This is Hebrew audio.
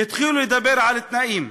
התחילו לדבר על תנאים.